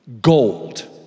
gold